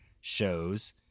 shows